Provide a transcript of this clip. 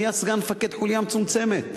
נהיה מפקד חוליה מצומצמת.